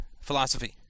philosophy